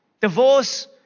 divorce